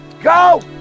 go